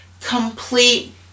complete